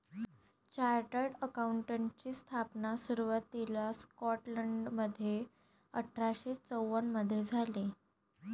chartered अकाउंटंटची स्थापना सुरुवातीला स्कॉटलंडमध्ये अठरा शे चौवन मधे झाली